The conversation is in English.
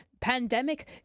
Pandemic